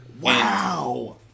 Wow